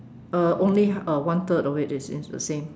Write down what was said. uh only uh one third of it is in the same